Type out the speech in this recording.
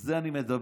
על זה אני מדבר.